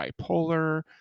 bipolar